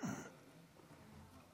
דקות לרשותך, בבקשה.